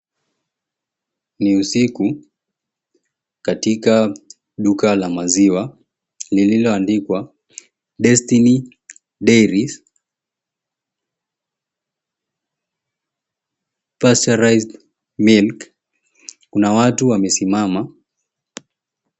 Ni usiku katika duka la maziwa lililoandikwa, DESTINY DAIRIES pasteurized milk, kuna watu wamesimama.